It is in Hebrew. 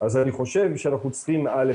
אז אני חושב שאנחנו צריכים א.